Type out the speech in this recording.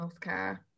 healthcare